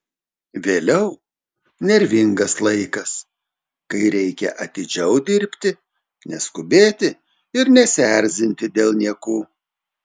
vėliau nervingas laikas kai reikia atidžiau dirbti neskubėti ir nesierzinti dėl niekų